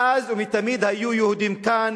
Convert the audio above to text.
מאז ומתמיד היו יהודים כאן.